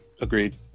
agreed